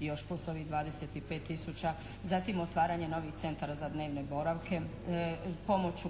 još plus ovih 25 tisuća, zatim otvaranje novih centara za dnevne boravke, pomoć